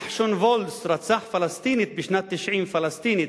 נחשון וולס רצח פלסטינית בשנת 1990, פלסטינית,